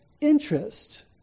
interest